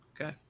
Okay